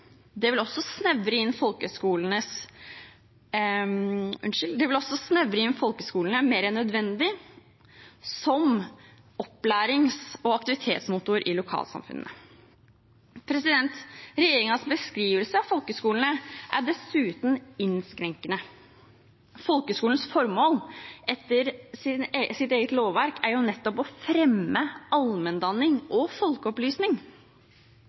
Det vil også snevre inn folkehøgskolene, mer enn nødvendig, som opplærings- og aktivitetsmotor i lokalsamfunnene. Regjeringens bestyrelse av folkehøgskolene er dessuten innskrenkende. Folkehøgskolens formål etter sitt eget lovverk er nettopp å fremme allmenndanning og folkeopplysning.